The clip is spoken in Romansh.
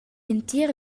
entir